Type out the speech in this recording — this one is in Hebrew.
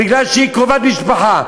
בגלל שהיא קרובת משפחה.